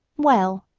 well,